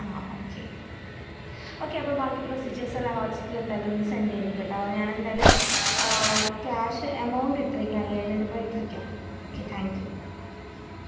okay okay അപ്പം ബാക്കി procedures എല്ലാം വാട്സാപ്പിൽ എന്തായാലും ഒന്ന് സെൻ്റ് ചെയ്തേക്ക് കേട്ടോ ഞാൻ എന്തായാലും ക്യാഷ് എമൗണ്ട് ഇട്ടിരിക്കാം അയ്യായിരം രൂപ ഇട്ടിരിക്കാം ഓക്കേ താങ്ക് യു